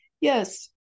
Yes